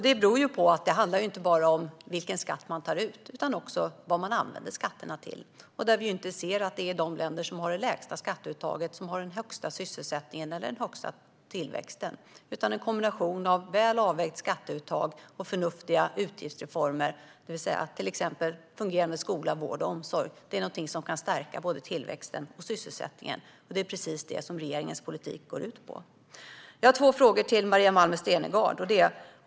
Det beror på att det inte bara handlar om vilken skatt man tar ut utan också vad man använder skatterna till. Vi ser inte att det är de länder som har det lägsta skatteuttaget som har den högsta sysselsättningen eller den högsta tillväxten. Det handlar om en kombination av väl avvägt skatteuttag och förnuftiga utgiftsreformer, det vill säga till exempel fungerande skola, vård och omsorg. Det är någonting som kan stärka både tillväxten och sysselsättningen, och det är precis det som regeringens politik går ut på. Jag har två frågor till Maria Malmer Stenergard.